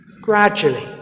gradually